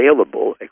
available